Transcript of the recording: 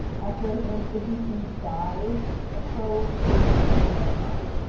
after aunt sticky feet dies a crow sits on her dead body.